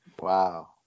Wow